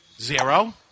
zero